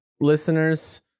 listeners